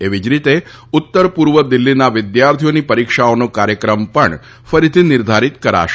એવી જ રીતે ઉત્તર પૂર્વ દિલ્હીના વિદ્યાર્થીઓની પરીક્ષાઓના કાર્યક્રમ પણ ફરીથી નિર્ધારિત કરાશે